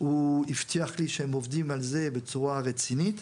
הוא הבטיח לי שהם עובדים על זה בצורה רצינית.